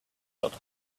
looked